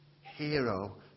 hero